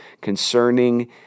concerning